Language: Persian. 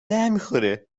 نمیخوره